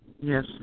Yes